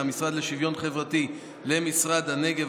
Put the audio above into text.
מהמשרד לשוויון חברתי למשרד הנגב,